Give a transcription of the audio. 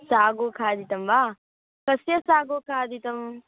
सागु खादितं वा कस्य सागु खादितम्